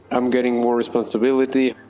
i'm getting more responsibility,